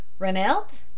Renelt